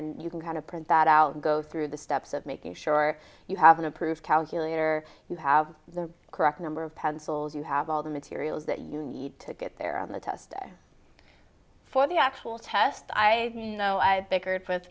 and you can kind of print that out and go through the steps of making sure you have an approved calculator you have the correct number of pencils you have all the materials that you need to get there on the test for the actual test i mean you know i bickered with